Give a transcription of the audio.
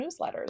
newsletters